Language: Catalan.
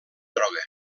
droga